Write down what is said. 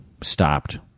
stopped